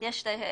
לפי סעיף 2